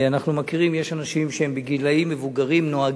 ואנחנו מכירים שיש אנשים מבוגרים שנוהגים.